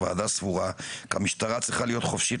הוועדה סבורה כי המשטרה צריכה להיות חופשית